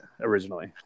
originally